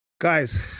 Guys